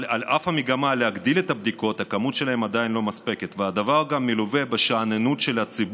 אבל על אף המגמה להגדיל את הבדיקות המספר שלהן עדיין לא מספק,